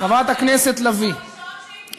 חברות הכנסת היקרות, יהיה לכן זמן לתגובה נוספת.